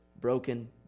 broken